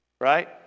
right